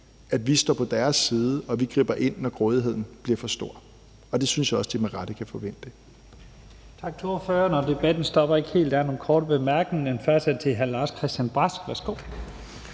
at vi står på deres side, og at vi griber ind, når grådigheden bliver for stor. Det synes jeg også de med rette kan forvente.